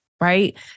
Right